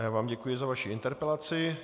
Já vám děkuji za vaši interpelaci.